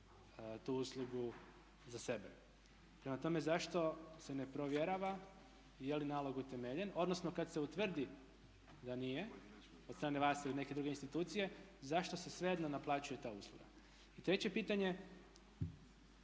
tu uslugu za sebe. Prema tome zašto se ne provjerava je li nalog utemeljen? Odnosno kada se utvrdi da nije, od strane vas ili od neke druge institucije zašto se svejedno naplaćuje ta usluga? I treće pitanje,